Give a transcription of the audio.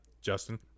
Justin